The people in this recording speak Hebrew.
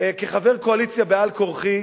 כחבר קואליציה בעל כורחי,